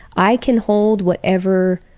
i can hold whatever